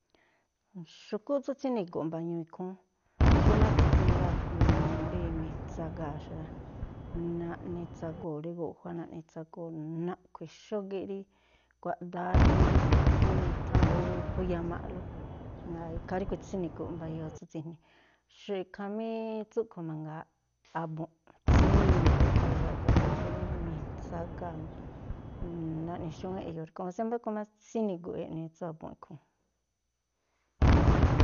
Xu̱kúꞌ tsú tsíni̱gu̱ꞌ mba̱ñu̱u ikhúún, xúmá tsi̱jní rá, numuu rí mitsagaa̱ xa rá, naꞌnitsagoo̱ rí guꞌjuá naꞌnitsagoo̱, naꞌkhui̱ xógíꞌ rí kuaꞌdáá rí phú i̱tháa̱n ú khuyamaꞌlú, jngáa̱ ikhaa ríꞌkhui̱ tsíni̱gu̱ꞌ mba̱yo̱o̱ tsú tsi̱jní. khamí tsúꞌkhui̱ mangaa, a̱bu̱nꞌ, tsíni̱gu̱ꞌ mba̱yo̱o̱ a̱bu̱nꞌ porke rí mitsagaa̱, naꞌnixúwínꞌ e̱yo̱o̱ rí ikhúún, o̱séá mbáku má tsíni̱gu̱ꞌ eꞌni tsú a̱bu̱nꞌ ikhúún.